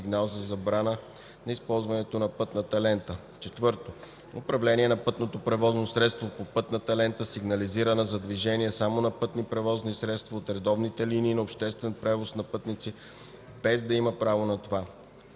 подаващи сигнал за забрана на използването на пътната лента; 4. управление на пътно превозно средство по пътна лента, сигнализирана за движение само на пътни превозни средства от редовните линии за обществен превоз на пътници, без да има право на това;